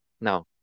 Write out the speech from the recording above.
Now